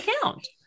account